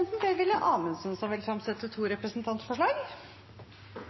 Amundsen vil fremsette to representantforslag.